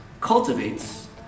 cultivates